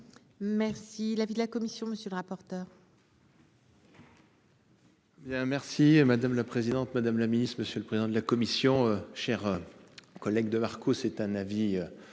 Merci la vue de la commission. Monsieur le rapporteur. Il y. Merci madame la présidente, madame la Ministre, Monsieur le président de la commission chers. Collègues de Marco. C'est un avis.